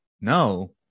no